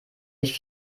ich